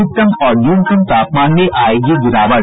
अधिकतम और न्यूनतम तापमान में आयेगी गिरावट